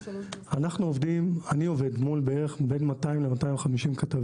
אני עובד מול בערך בין 200 ל-250 כתבים